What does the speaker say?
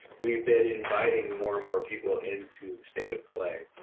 we've been inviting more and more people into the state of play,